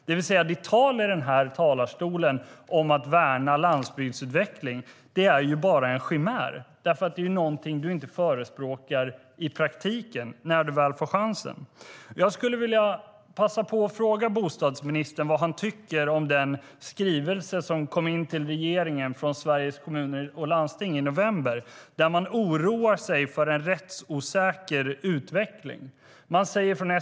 Ministerns uttalande i talarstolen om att värna landsbygdsutveckling är bara en chimär eftersom han inte förespråkar det i praktiken. Jag skulle vilja fråga bostadsministern vad han tycker om den skrivelse som kom in till regeringen från Sveriges Kommuner och Landsting i november. Man oroar sig för en rättsosäker utveckling.